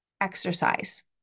exercise